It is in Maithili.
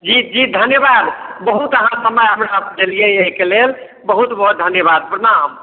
जी जी धन्यवाद बहुत अहाँ समय हमरा देलियै एहिके लेल बहुत बहुत धन्यवाद प्रणाम